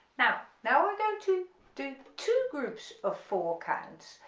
now now we're going to do two groups of four counts,